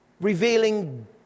revealing